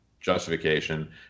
justification